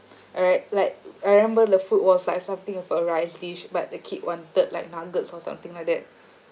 alright like I remember the food was like something of a rice dish but the kid wanted like nuggets or something like that